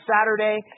Saturday